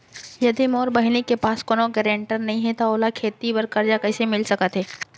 यदि मोर बहिनी के पास कोनो गरेंटेटर नई हे त ओला खेती बर कर्जा कईसे मिल सकत हे?